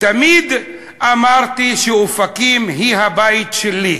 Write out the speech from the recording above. תמיד אמרתי שאופקים היא הבית שלי,